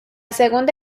segunda